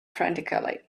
frantically